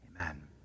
Amen